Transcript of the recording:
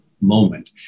moment